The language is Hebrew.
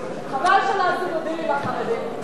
חבל שלא עשינו דילים עם החרדים,